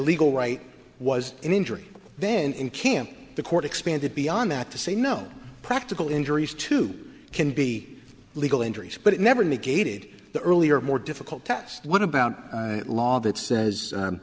legal right was an injury then in camp the court expanded beyond that to say no practical injuries two can be legal injuries but it never negated the earlier more difficult test what about law that says